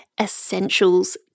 essentials